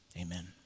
amen